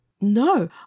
No